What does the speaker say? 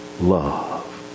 love